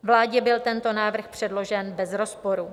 Vládě byl tento návrh předložen bez rozporu.